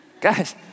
Guys